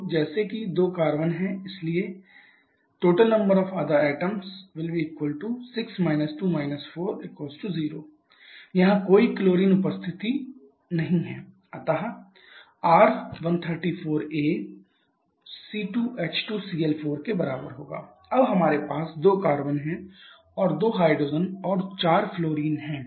तो जैसे कि 2 कार्बन हैं इसलिए कुल अन्य परमाणुओं की संख्या 6 - 2 - 4 0 यहां कोई क्लोरीन उपस्थित नहीं है अतः R134a ≡ C2H2Cl4 अब हमारे पास दो कार्बन हैं और 2 हाइड्रोजन और 4 फ्लोरीन हैं